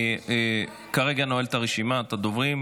אני כרגע נועל את רשימת הדוברים.